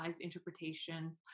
interpretation